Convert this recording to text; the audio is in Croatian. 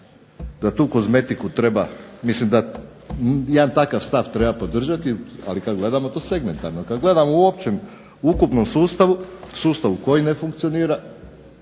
da tu kozmetiku treba, jedan takav stav treba podržati, ali kad gledamo to segmentarno. Kad gledamo u općem ukupnom sustavu, sustavu koji ne funkcionira